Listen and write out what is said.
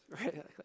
right